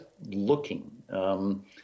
looking